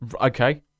Okay